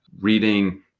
reading